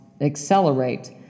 accelerate